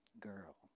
Girl